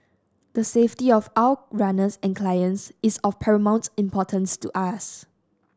the safety of our runners and clients is of paramount importance to us